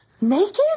Naked